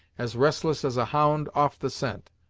as restless as a hound off the scent,